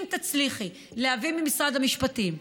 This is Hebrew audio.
אם תצליחי להביא ממשרד המשפטים,